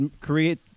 create